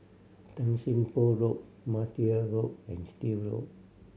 Tan Sim Boh Road Martia Road and Still Road